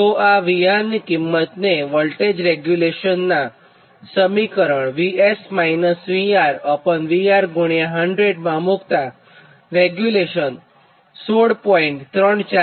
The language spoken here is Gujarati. તો આ VR ની કિંમતને વોલ્ટેજ રેગ્યુલેશનનાં સમીકરણ VS VRVR 100 માં મૂકતાં રેગ્યુલેશન 16